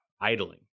idling